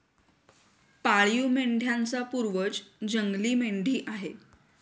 पाळीव मेंढ्यांचा पूर्वज जंगली मेंढी आहे